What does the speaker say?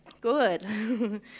Good